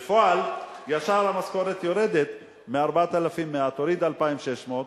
בפועל, ישר המשכורת יורדת: מ-4,100 תוריד 2,600,